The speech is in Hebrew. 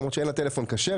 למרות שאין לה טלפון כשר,